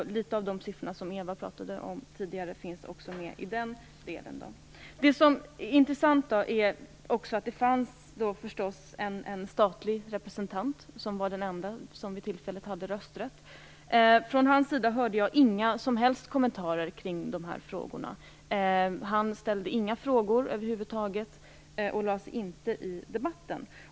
Några av de siffror som Eva Goës talade om tidigare finns också med i den delen. Det som är intressant är att det fanns en statlig representant, som var den enda vid tillfället som hade rösträtt. Från hans sida hörde jag inga som helst kommentarer kring dessa frågor. Han ställde inga frågor över huvud taget och lade sig inte i debatten.